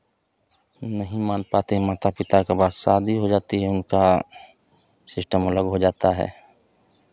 नहीं मान पाते हैं माता पिता का बात शादी हो जाती है उनका सिस्टम अलग हो जाता है उनका